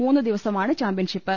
മൂന്ന് ദിവസമാണ് ചാമ്പ്യൻഷിപ്പ്